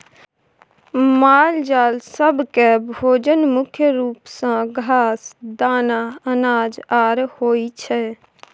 मालजाल सब केँ भोजन मुख्य रूप सँ घास, दाना, अनाज आर होइ छै